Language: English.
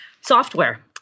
Software